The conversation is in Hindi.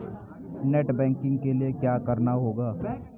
नेट बैंकिंग के लिए क्या करना होगा?